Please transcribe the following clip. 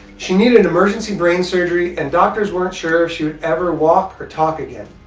she needed emergency brain surgery, and doctors weren't sure if she would ever walk or talk again.